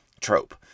trope